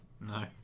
no